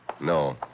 No